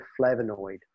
flavonoid